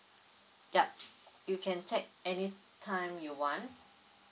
yup you can take any time you want